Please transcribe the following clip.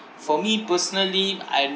for me personally I'm